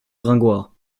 gringoire